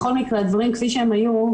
בכל מקרה הדברים כפי שהם היו,